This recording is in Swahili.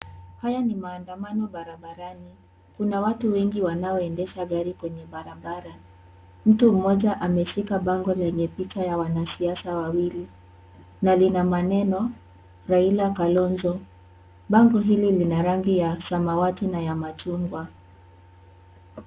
Haya ni maandamano barabarani. Kuna watu wengi wanaoendesha gari kwenye barabara. Mtu mmoja ameshika bango lenye picha ya wanasiasa wawili na lina maneno 'Raila, Kalonzo.' Bango hili lina rangi ya samawati na ya machungwa.